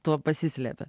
tuo pasislepia